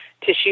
tissue